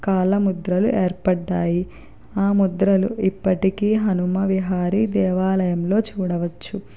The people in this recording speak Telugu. కాళ్ళ ముద్రలు ఏర్పడినాయి ఆ ముద్రలు ఇప్పటికి హనుమ విహారి దేవాలయంలో చూడవచ్చు